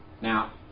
Now